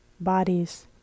bodies